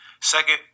Second